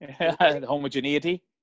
Homogeneity